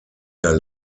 der